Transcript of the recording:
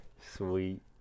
Sweet